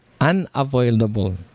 unavoidable